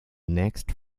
next